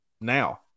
now